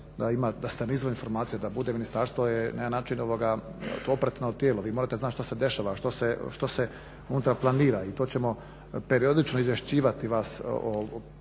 da se na izvoru informacija da bude ministarstvo na jedan način to operativno tijelo. Vi morate znati što se dešava što se unutra planira i to ćemo periodično vas izvješćivati ono